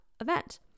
event